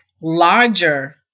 larger